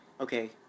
okay